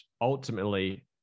ultimately